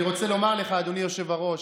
אני רוצה לומר, אדוני היושב-ראש,